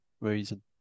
reason